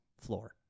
floor